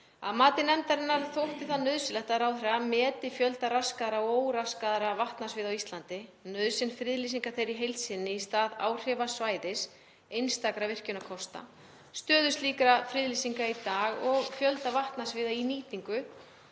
Að mati nefndarinnar þykir það nauðsynlegt að ráðherra meti fjölda raskaðra og óraskaðra vatnasviða á Íslandi, nauðsyn friðlýsingar þeirra í heild sinni í stað áhrifasvæðis einstakra virkjunarkosta, stöðu slíkra friðlýsinga í dag og fjölda vatnasviða í nýtingu